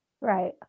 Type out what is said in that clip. Right